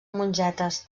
mongetes